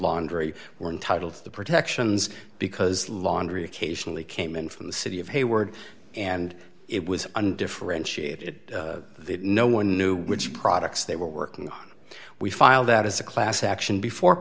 laundry were entitled to the protections because laundry occasionally came in from the city of hayward and it was undifferentiated no one knew which products they were working on we file that as a class action before